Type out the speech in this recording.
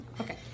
Okay